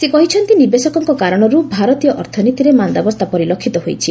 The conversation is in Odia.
ସେ କହିଛନ୍ତି ନିବେଶକଙ୍କ କାରଣରୁ ଭାରତୀୟ ଅର୍ଥନୀତିରେ ମାନ୍ଦାବସ୍ଥା ପରିଲକ୍ଷିତ ହୋଇଛି